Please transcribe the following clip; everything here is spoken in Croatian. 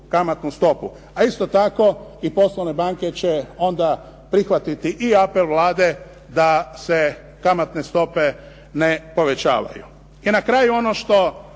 kamatnu stopu. A isto tako i poslovne banke će prihvatiti i apel banke da se kamatne stope ne povećavaju. I na kraju ono što